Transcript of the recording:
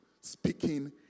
speaking